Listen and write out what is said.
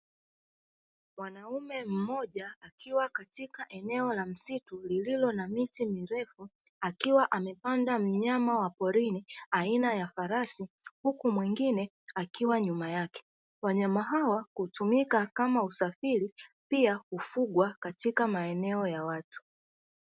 Mwanaume mmoja akiwa katika eneola msitu lililo na miti mirefu, akiwa amepanda mnyama wa porini aina ya farasi huku mwingine akiwa nyuma yake. Wanyama hawa hutumika kama usafiri pia hufugwa katika maeneo ya watu.